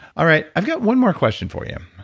all right. i've got one more question for you.